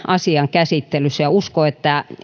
asian käsittelyssä uskon että